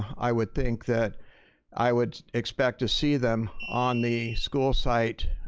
i would think that i would expect to see them on the school site,